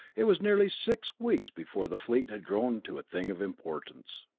it was nearly six weeks before the fleet had grown to a thing of importance.